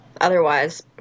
otherwise